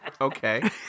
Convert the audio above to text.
Okay